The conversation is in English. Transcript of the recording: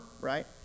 right